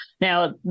Now